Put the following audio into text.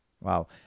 Wow